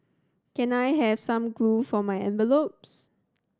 can I have some glue for my envelopes